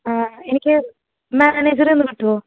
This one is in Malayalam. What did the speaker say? ആ എനിക്ക് മാനേജറെ ഒന്ന് കിട്ടുമോ